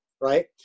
right